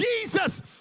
Jesus